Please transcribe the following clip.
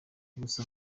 gusa